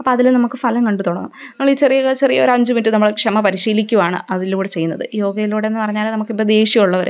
അപ്പോഴതില് നമുക്ക് ഫലം കണ്ടുതുടങ്ങും നമ്മളീ ചെറിയ ചെറിയ ഒരഞ്ച് മിനുറ്റ് നമ്മള് ക്ഷമ പശീലിക്കുകയാണ് അതിലൂടെ ചെയ്യുന്നത് യോഗയിലൂടെ എന്നു പറഞ്ഞാല് നമുക്കിപ്പോള് ദേഷ്യമുള്ളവര്